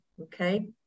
Okay